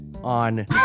on